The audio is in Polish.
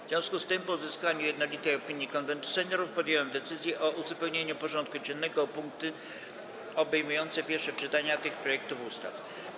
W związku z tym, po uzyskaniu jednolitej opinii Konwentu Seniorów, podjąłem decyzję o uzupełnieniu porządku dziennego o punkty obejmujące pierwsze czytania tych projektów ustaw.